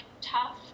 tough